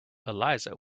eliza